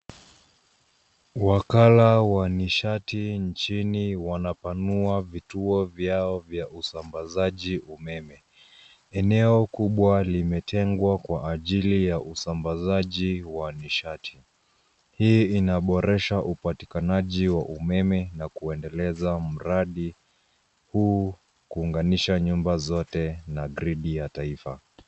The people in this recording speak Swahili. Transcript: Wakala wa nishati nchini wanapanua vituo vyao vya usambazaji umeme eneo kubwa limetengwa kwa ajili ya usamabazaji wa nishati. Hii inaboresha upatikanaji wa umeme na kuendeleza mradi huu kuunganisha nyumba zote na grid ya taifa.